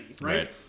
Right